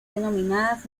denominadas